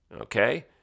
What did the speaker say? Okay